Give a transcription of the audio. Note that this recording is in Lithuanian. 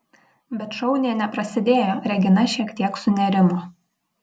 bet šou nė neprasidėjo regina šiek tiek sunerimo